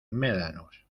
médanos